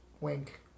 wink